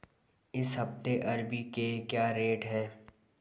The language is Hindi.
इस हफ्ते अरबी के क्या रेट हैं?